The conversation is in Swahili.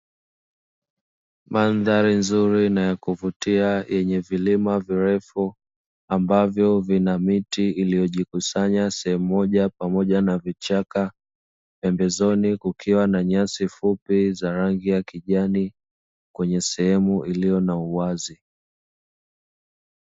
Mandhari nzuri na ya kuvutia yenye vilima virefu, ambavyo vina miti iliyojikusanya sehemu moja pamoja na vichaka, pembezoni kukiwa na nyasi fupi za rangi ya kijani, kwenye sehemu iliyo na uwazi.